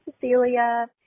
Cecilia